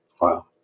Wow